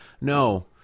No